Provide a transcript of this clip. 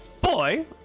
Boy